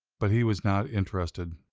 but he was not interested.